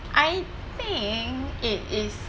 I think it is